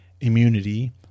immunity